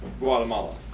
Guatemala